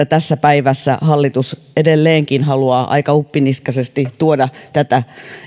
tässä päivässä hallitus edelleenkin haluaa aika uppiniskaisesti tuoda tätä